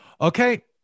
Okay